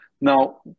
Now